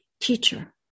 teacher